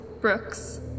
brooks